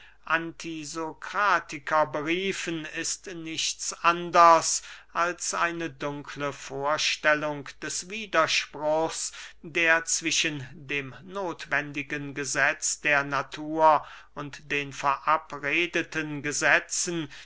antisokratiker beriefen ist nichts anders als eine dunkle vorstellung des widerspruchs der zwischen dem nothwendigen gesetz der natur und den verabredeten gesetzen